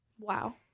Wow